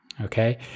Okay